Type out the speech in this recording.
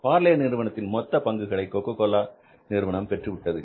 பார்லே நிறுவனத்தின் மொத்த பங்குகளை கொக்கக் கோலா நிறுவனம் பெற்றுவிட்டது